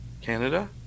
Canada